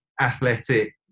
athletic